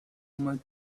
much